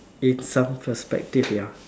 in some perspective ya